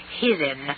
hidden